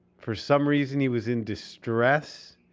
for some reason he was in distress.